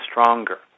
stronger